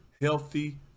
healthy